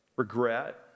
Regret